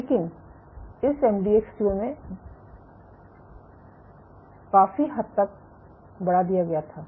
लेकिन इसे एमडीएक्स चूहों में बहुत काफी हद तक बढ़ा दिया गया था